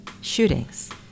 Shootings